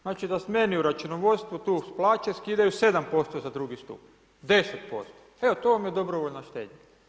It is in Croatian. Znači da meni u računovodstvu tu od plaće skidaju 7% za drugi stup, 10%, evo to vam je dobrovoljna štednja.